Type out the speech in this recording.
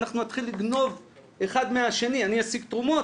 שאנחנו נתחיל לגנוב אחד מהשני אני אשיג תרומות,